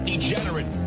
degenerate